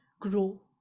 grow